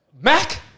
Mac